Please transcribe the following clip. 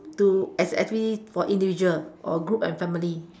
do as actually for individual or group and family